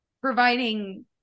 providing